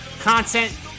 content